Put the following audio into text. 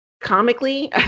comically